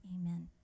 amen